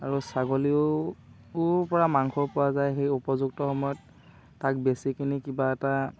আৰু ছাগলীও পৰা মাংস পোৱা যায় সেই উপযুক্ত সময়ত তাক বেচি কিনি কিবা এটা